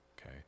okay